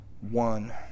one